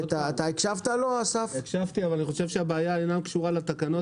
הקשבתי, אבל אני חושב שהבעיה אינה קשורה לתקנות.